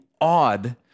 odd